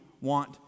want